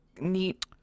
neat